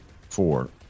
four